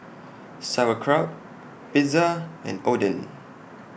Sauerkraut Pizza and Oden